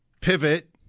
pivot